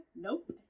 Nope